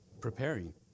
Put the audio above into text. preparing